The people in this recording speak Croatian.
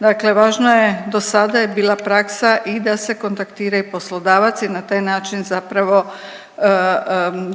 Dakle važno je, do sada je bila praksa i da se kontaktira i poslodavac i na taj način zapravo